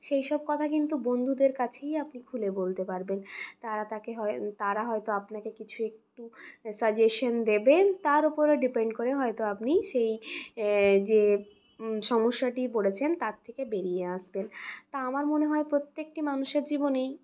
সেই সব কথা কিন্তু বন্ধুদের কাছেই আপনি খুলে বলতে পারবেন তারা তাকে হয় তারা হয়তো আপনাকে কিছু একটু সাজেশন দেবে তার উপরে ডিপেন্ড করে হয়তো আপনি সেই যে সমস্যাটি পড়েছেন তার থেকে বেরিয়ে আসবেন তা আমার মনে হয় প্রত্যেকটি মানুষের জীবনেই